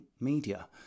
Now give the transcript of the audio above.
media